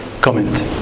comment